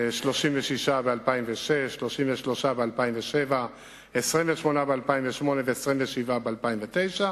36 ב-2006, 33 ב-2007, 28 ב-2008 ו-27 ב-2009.